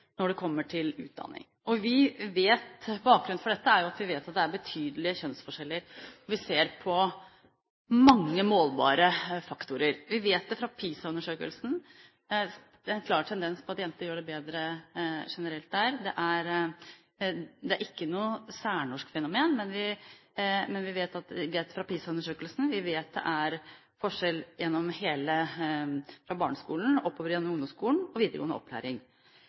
når det kommer til utdanning. Bakgrunnen for dette er at vi vet at det er betydelige kjønnsforskjeller på mange målbare faktorer. Vi vet det fra PISA-undersøkelsen. Der er det en klar tendens til at jenter generelt gjør det bedre. Det er ikke noe særnorsk fenomen, og vi vet fra PISA-undersøkelsen at det er forskjell fra barneskolen, opp gjennom ungdomsskolen og videregående opplæring.